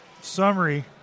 summary